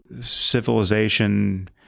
civilization